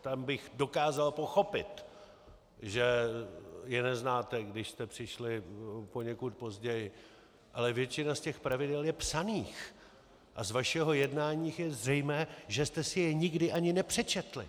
Tam bych dokázal pochopit, že je neznáte, když jste přišli poněkud později, ale většina z těch pravidel je psaných a z vašeho jednání je zřejmé, že jste si je nikdy ani nepřečetli.